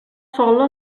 sola